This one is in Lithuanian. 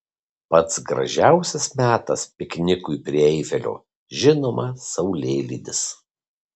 pats gražiausias metas piknikui prie eifelio žinoma saulėlydis